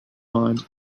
mind